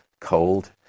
cold